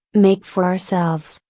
make for ourselves,